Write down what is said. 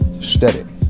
Steady